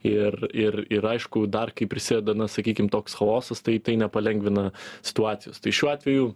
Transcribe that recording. ir ir ir aišku dar kai prisideda na sakykim toks chaosas tai tai nepalengvina situacijos tai šiuo atveju